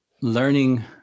learning